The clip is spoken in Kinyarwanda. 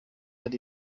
ari